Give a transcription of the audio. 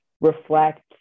reflect